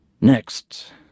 Next